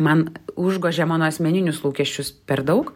man užgožė mano asmeninius lūkesčius per daug